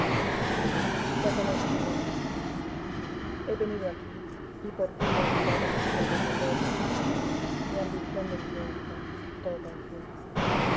conoces lo demás he venido aquí y por ti he olvidado mis sueños de gloria mi ambición de triunfo todo en fin